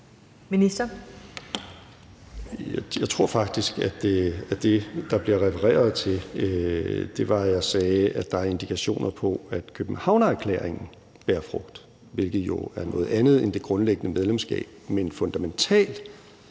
Jeg tror faktisk, at det, der bliver refereret til, er, at jeg sagde, at der er indikationer på, at Københavnerklæringen bærer frugt, hvilket jo er noget andet end det grundlæggende medlemskab. Men fundamentalt